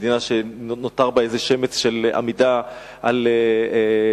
מדינה שנותר בה איזה שמץ של עמידה על כבודה,